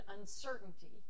uncertainty